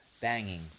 banging